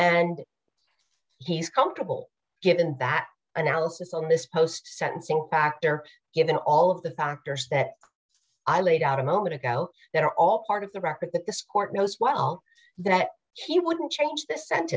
and he's comfortable given that analysis on this post sentencing factor given all of the factors that i laid out a moment ago that are all part of the record that this court knows well that he wouldn't change the sent